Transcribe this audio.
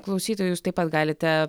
klausytojus taip pat galite